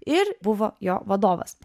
ir buvo jo vadovas